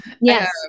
Yes